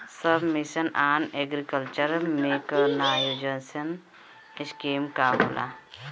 सब mission on agriculture mechanisation scheme का होला?